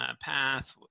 path